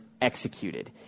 executed